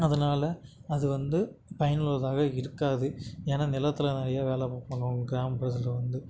அதனால் அது வந்து பயனுள்ளதாக இருக்காது ஏன்னா நிலத்தில் நிறைய வேலை பார்க்கணும் கிராமப்புறத்தில் வந்து